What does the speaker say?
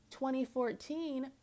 2014